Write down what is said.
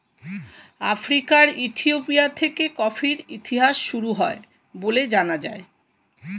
আফ্রিকার ইথিওপিয়া থেকে কফির ইতিহাস শুরু হয় বলে জানা যায়